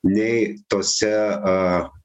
nei tose a